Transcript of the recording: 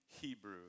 Hebrew